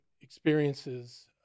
experiences